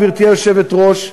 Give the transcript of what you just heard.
גברתי היושבת-ראש,